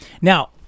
Now